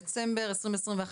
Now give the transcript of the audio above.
היום ה-20 בדצמבר 2021,